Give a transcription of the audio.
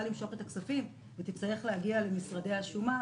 למשוך את הכספים ותצטרך להגיע למשרדי השומה.